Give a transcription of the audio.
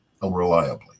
unreliably